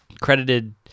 credited